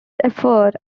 effort